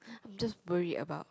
I'm just worried about